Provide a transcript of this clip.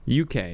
UK